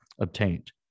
obtained